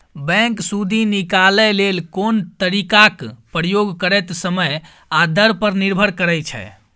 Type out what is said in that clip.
bank सुदि निकालय लेल कोन तरीकाक प्रयोग करतै समय आ दर पर निर्भर करै छै